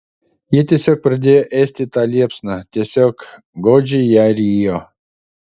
jie tiesiog pradėjo ėsti tą liepsną tiesiog godžiai ją rijo